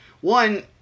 One